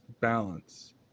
balance